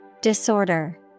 Disorder